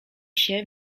się